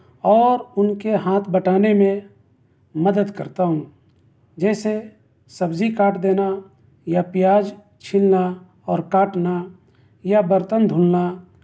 اور اُن کے ہاتھ بٹانے میں مدد کرتا ہوں جیسے سبزی کاٹ دینا یا پیاز چھیلنا اور کاٹنا یا برتن دھلنا